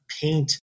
paint